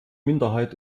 minderheit